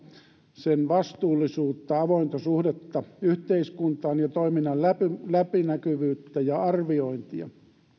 sen vastuullisuutta avointa suhdetta yhteiskuntaan ja toiminnan läpinäkyvyyttä ja arviointia